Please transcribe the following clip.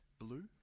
Blue